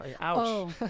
Ouch